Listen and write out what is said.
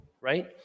right